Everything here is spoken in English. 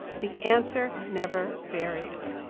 the answer never varies.